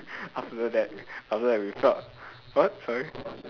after that after that we felt what sorry